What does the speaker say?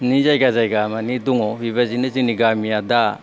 नि जायगा जायगा दङ बेबादिनो जोंनि गामिया दा